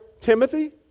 Timothy